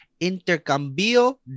Intercambio